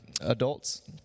adults